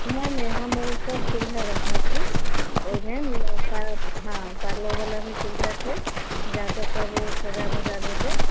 नहि नहि हम ओसब सुविधा रखने छी ओहिमे सारा हँ पार्लरवला भी सुविधा छै जाकऽ सभ ओ सजा वजा देतै